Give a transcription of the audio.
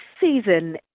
season